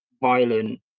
violent